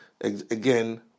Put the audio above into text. again